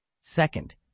Second